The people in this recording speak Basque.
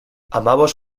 hamabost